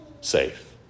safe